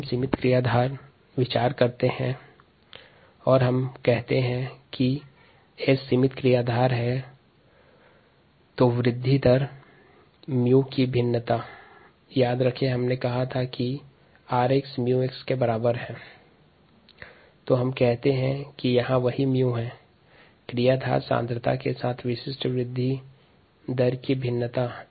सिमित क्रियाधार S के लिए विशिष्ट वृद्धि दर 𝜇 की विभिन्नता का समीकरण निम्नलिखित है rxμx स्लाइड समय 2401 में प्रदर्शित ग्राफ में 𝜇 क्रियाधार सांद्रता के साथ विशिष्ट वृद्धि दर है